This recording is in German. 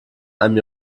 einem